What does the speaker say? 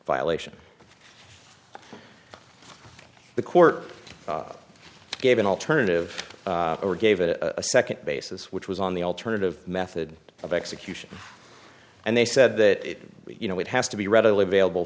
violation the court gave an alternative or gave it a second basis which was on the alternative method of execution and they said that you know it has to be readily available